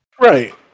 Right